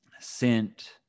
sent